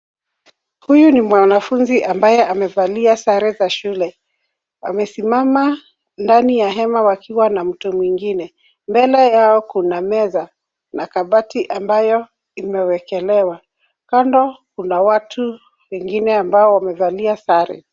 Huyu ni mwanafunzi ambaye amevalia sare za shule, amesimama ndani ya hema wakiwa na mtu mwingine. Mbele yao kuna meza na kabati ambayo imewekelewa. Kando kuna watu wengine ambao wamevalia sare.